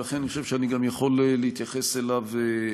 ולכן אני חושב שאני גם יכול להתייחס אליו עניינית.